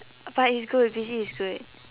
but it's good busy is good